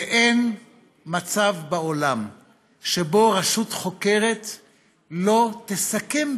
ואין מצב בעולם שבו רשות חוקרת לא תסכם,